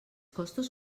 costos